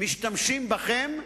משתמשים בכם.